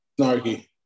Snarky